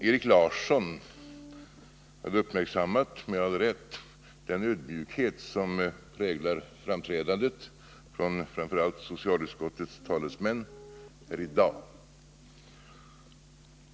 Erik Larsson hade, med all rätt, uppmärksammat den ödmjukhet som i dag präglar framträdandet hos framför allt socialutskottets talesmän.